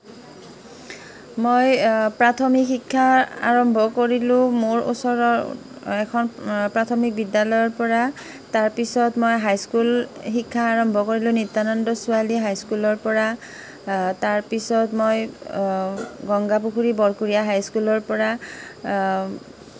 মই প্ৰাথমিক শিক্ষা আৰম্ভ কৰিলোঁ মোৰ ওচৰৰ এখন প্ৰাথমিক বিদ্যালয়ৰ পৰা তাৰপিছত মই হাইস্কুল শিক্ষা আৰম্ভ কৰিলোঁ নিত্যানন্দ ছোৱালী হাইস্কুলৰ পৰা তাৰপিছত মই গংগাপুখুৰী বৰপুৰীয়া হাইস্কুলৰ পৰা